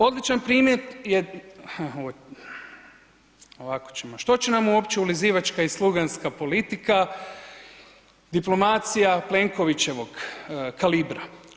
Odličan primjer, ovako ćemo što će nam uopće ulizivačka i sluganska politika, diplomacija Plenkovićevog kalibra?